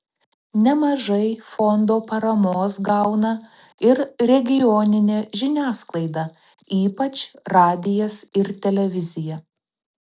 nemažai fondo paramos gauna ir regioninė žiniasklaida ypač radijas ir televizija